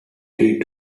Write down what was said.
three